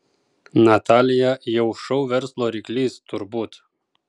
natalija jau šou verslo ryklys turbūt